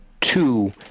two